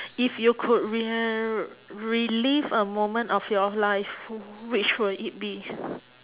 if you could re~ uh relive a moment of your life which will it be